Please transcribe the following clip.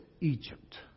Egypt